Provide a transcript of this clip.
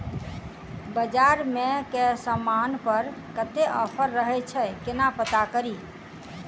बजार मे केँ समान पर कत्ते ऑफर रहय छै केना पत्ता कड़ी?